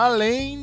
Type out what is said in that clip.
Além